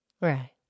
Right